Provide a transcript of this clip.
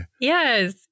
Yes